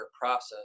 process